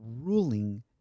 ruling